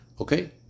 Okay